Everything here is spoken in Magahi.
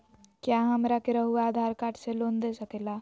क्या हमरा के रहुआ आधार कार्ड से लोन दे सकेला?